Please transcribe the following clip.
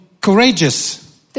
courageous